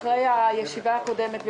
אחרי הישיבה הקודמת,